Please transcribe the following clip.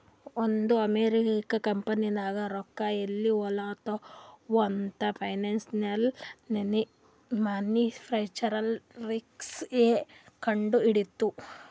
ಒಂದ್ ಅಮೆರಿಕಾ ಕಂಪನಿನಾಗ್ ರೊಕ್ಕಾ ಎಲ್ಲಿ ಹೊಲಾತ್ತಾವ್ ಅಂತ್ ಫೈನಾನ್ಸಿಯಲ್ ಮ್ಯಾನೇಜ್ಮೆಂಟ್ ರಿಸ್ಕ್ ಎ ಕಂಡ್ ಹಿಡಿತ್ತು